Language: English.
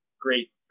great